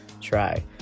try